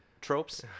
tropes